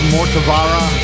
Mortavara